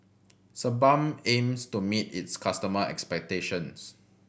Sebamed aims to meet its customer expectations